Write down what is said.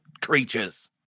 creatures